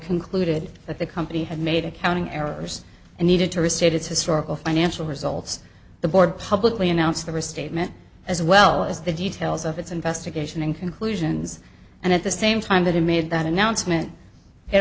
concluded that the company had made accounting errors and needed to restate its historical financial results the board publicly announced the restatement as well as the details of its investigation in conclusions and at the same time that it made that announcement it